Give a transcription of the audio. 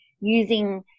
using